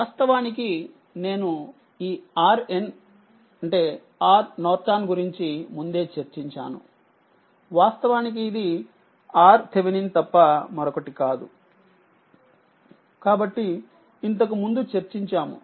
వాస్తవానికి నేను ఈ RN గురించి ముందే చర్చించానువాస్తవానికి ఇది RThతప్ప మరొకటి కాదు కాబట్టిఇంతకు ముందుచర్చించాము